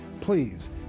please